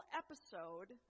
episode